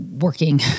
working